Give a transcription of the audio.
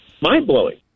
mind-blowing